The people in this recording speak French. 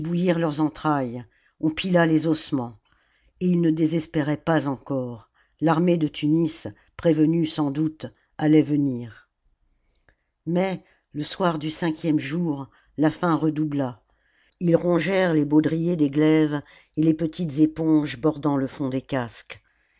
leurs entrailles on pila les ossements et ils ne désespéraient pas encore l'armée de tunis prévenue sans doute allait venir mais le soir du cinquième jour la faim redoubla ils rongèrent les baudriers des glaives et les petites éponges bordant le fond des casques